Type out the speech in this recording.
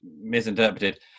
misinterpreted